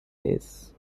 days